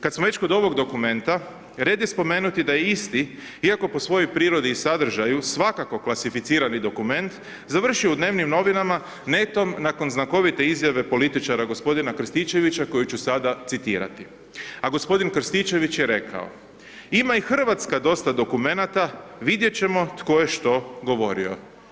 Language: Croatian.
Kad smo već kod ovog dokumenta, red je spomenuti da je isti iako po svojoj prirodi i sadržaju svakako klasificirani dokument, završio u dnevnim novinama netom nakon znakovite izjave političara g. Krstičevića koju ću sada citirati a g. Krstičević je rekao: Ima i Hrvatska dosta dokumenata, vidjet ćemo tko je što govorio.